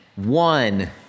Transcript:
One